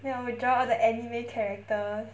then I will draw all the anime character